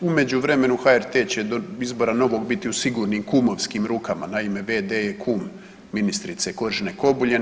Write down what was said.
U međuvremenu HRT će do izbora novog biti u sigurnim kumovskim rukama, naime v.d. je kum ministrice Koržinek Obuljen.